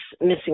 missing